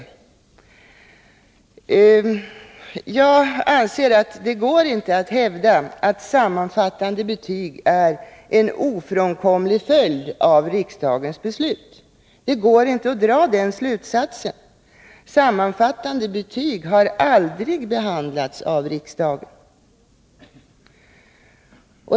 Jag anser att det inte går att hävda att sammanfattande betyg är en ofrånkomlig följd av riksdagens beslut. Det går inte att dra den slutsatsen. Frågan om sammanfattande betyg har aldrig behandlats av riksdagen.